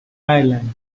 ireland